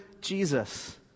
Jesus